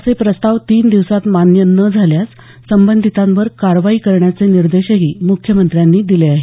असे प्रस्ताव तीन दिवसात मान्य न झाल्यास संबंधितांवर कारवाई करण्याचे निर्देशही मुख्यमंत्र्यांनी दिले आहेत